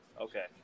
Okay